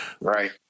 Right